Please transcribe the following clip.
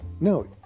No